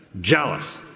jealous